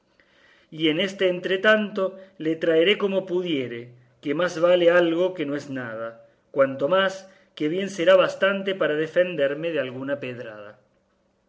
y en este entretanto la traeré como pudiere que más vale algo que no nada cuanto más que bien será bastante para defenderme de alguna pedrada